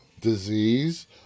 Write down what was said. disease